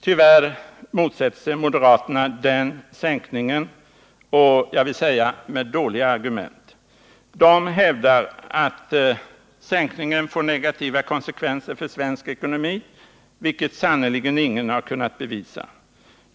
Tyvärr motsätter sig moderaterna den sänkningen, och jag vill säga med dåliga argument. De hävdar att sänkningen får negativa konsekvenser för svensk ekonomi, vilket sannerligen ingen har kunnat bevisa.